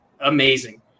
amazing